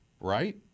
Right